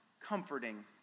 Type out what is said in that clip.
comforting